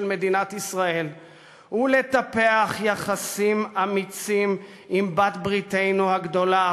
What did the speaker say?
מדינת ישראל ולטפח יחסים אמיצים עם בעלת בריתנו הגדולה,